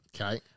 Okay